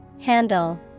Handle